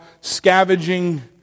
scavenging